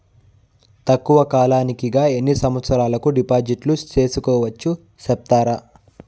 తక్కువ కాలానికి గా ఎన్ని సంవత్సరాల కు డిపాజిట్లు సేసుకోవచ్చు సెప్తారా